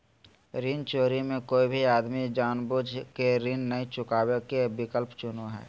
ऋण चोरी मे कोय भी आदमी जानबूझ केऋण नय चुकावे के विकल्प चुनो हय